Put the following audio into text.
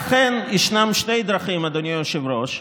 ואכן, יש שתי דרכים, אדוני היושב-ראש,